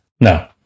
No